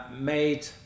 Made